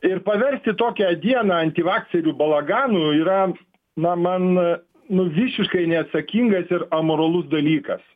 ir paversti tokią dieną antivakserių balaganu yra na man nu visiškai neatsakingas ir amoralus dalykas